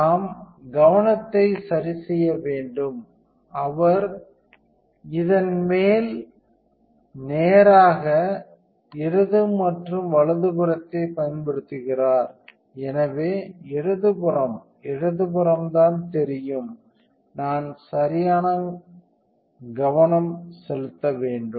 நாம் கவனத்தை சரிசெய்ய வேண்டும் அவர் இதன் மேல் நேராக இடது மற்றும் வலதுபுறத்தை பயன்படுத்துகிறார் எனவே இடதுபுறம் இடதுபுறம் தான் தெரியும் நான் சரியான கவனம் செலுத்த வேண்டும்